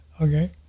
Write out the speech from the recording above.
Okay